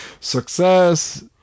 Success